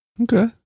Okay